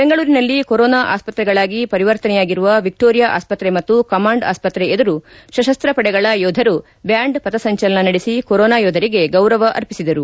ಬೆಂಗಳೂರಿನಲ್ಲಿ ಕೊರೊನಾ ಆಸ್ಪತ್ರೆಗಳಾಗಿ ಪರಿವರ್ತನೆಯಾಗಿರುವ ವಿಕ್ಷೋರಿಯಾ ಆಸ್ಪತ್ರೆ ಮತ್ತು ಕಮಾಂಡ್ ಆಸ್ಪತ್ರೆ ಎದುರು ಸಶಸ್ನ ಪಡೆಗಳ ಯೋಧರು ಬ್ನಾಂಡ್ ಪಥಸಂಚಲನ ನಡೆಸಿ ಕೊರೋನಾ ಯೋಧರಿಗೆ ಗೌರವ ಅರ್ಪಿಸಿದರು